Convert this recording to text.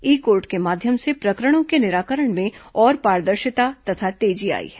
ई court को माध्यम से प्रकरणों के निराकरण में और पारदर्शिता तथा तेजी आई है